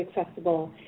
accessible